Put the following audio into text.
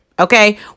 Okay